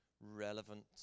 relevant